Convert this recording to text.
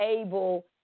able